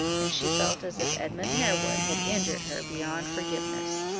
and she felt as if edmund harewood had injured her beyond forgiveness.